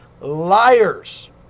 liars